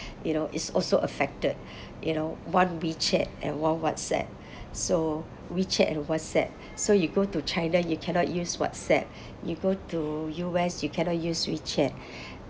you know is also affected you know one wechat and one whatsapp so wechat and whatsapp so you go to china you cannot use whatsapp you go to U_S you cannot use wechat